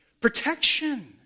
protection